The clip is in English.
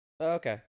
Okay